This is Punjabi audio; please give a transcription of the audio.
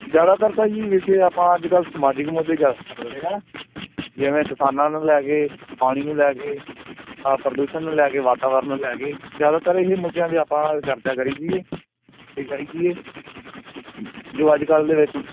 ਜ਼ਿਆਦਾਤਰ ਤਾਂ ਜੀ ਵਿਸ਼ੇ ਆਪਾਂ ਅੱਜ ਕੱਲ੍ਹ ਸਮਾਜਿਕ ਮੁੱਦੇ ਜ਼ਿਆਦਾ ਚੱਲ ਰਹੇ ਆ ਜਿਵੇਂ ਕਿਸਾਨਾਂ ਨੂੰ ਲੈ ਕੇ ਪਾਣੀ ਨੂੰ ਲੈ ਕੇ ਆਹ ਪ੍ਰਦੂਸ਼ਣ ਨੂੰ ਲੈ ਕੇ ਵਾਤਾਵਰਨ ਨੂੰ ਲੈ ਕੇ ਜ਼ਿਆਦਾਤਰ ਇਹ ਮੁੱਦਿਆਂ ਦੇ ਆਪਾਂ ਚਰਚਾ ਕਰੀ ਦੀ ਹੈ ਕੀ ਜੀਏ ਜੋ ਅੱਜ ਕੱਲ੍ਹ ਦੇ ਵਿੱਚ